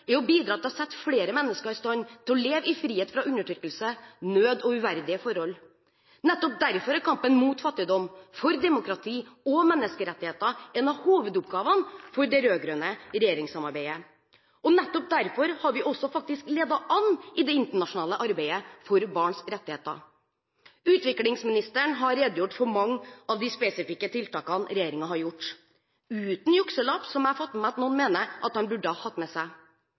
er å bidra til å sette flere mennesker i stand til å leve i frihet fra undertrykkelse, nød og uverdige forhold. Nettopp derfor er kampen mot fattigdom og for demokrati og menneskerettigheter en av hovedoppgavene for det rød-grønne regjeringssamarbeidet, og nettopp derfor har vi også faktisk ledet an i det internasjonale arbeidet for barns rettigheter. Utviklingsministeren har redegjort for mange av de spesifikke tiltakene som regjeringen har gjort – uten jukselapp, som jeg har fått med meg at noen mener at han burde hatt med seg.